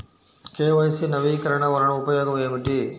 KYC నవీకరణ వలన ఉపయోగం ఏమిటీ?